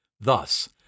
Thus